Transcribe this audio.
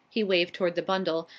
he waved toward the bundle,